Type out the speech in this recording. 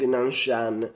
Nanshan